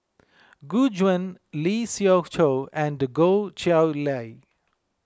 Gu Juan Lee Siew Choh and Goh Chiew Lye